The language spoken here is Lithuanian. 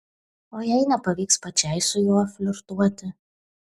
o jei nepavyks pačiai su juo flirtuoti